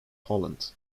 holland